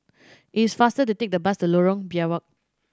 it is faster to take the bus to Lorong Biawak